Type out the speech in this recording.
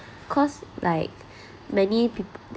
cause like many people